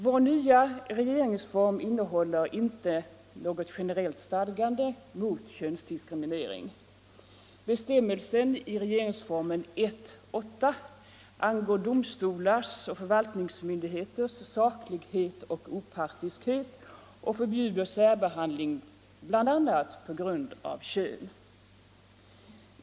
Vår nya regeringsform innehåller inte något generellt stadgande mot könsdiskriminering. Bestämmelsen i regeringsformen 1:8 angår domstolars och förvaltningsmyndigheters saklighet och opartiskhet och förbjuder särbehandling bl.a. på grund av kön.